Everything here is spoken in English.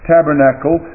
Tabernacle